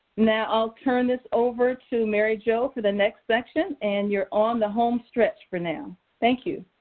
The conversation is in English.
now, i'll turn this over to mary jo for the next section and you're on the homestretch for now. thank you.